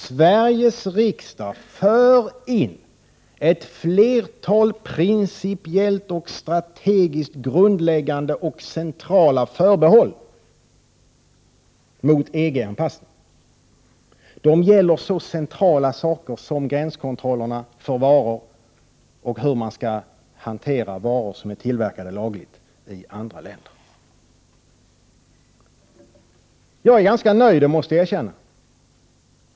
Sveriges riksdag för in ett flertal principiellt och strategiskt grundläggande och centrala förbehåll mot EG-anpassning. De gäller så centrala saker som gränskontrollerna för varor och hur man skall hantera varor som är tillverkade lagligt i andra länder. Jag är ganska nöjd, det måste jag erkänna.